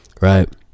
right